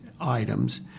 items